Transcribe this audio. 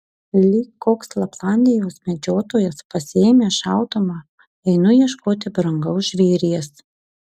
lyg koks laplandijos medžiotojas pasiėmęs šautuvą einu ieškoti brangaus žvėries